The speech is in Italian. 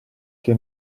che